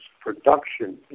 production